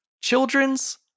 children's